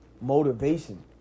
Motivation